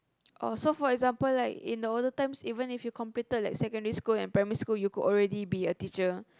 oh so for example like in the olden times even if you completed like secondary school and primary school you could already be a teacher